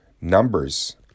numbers